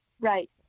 Right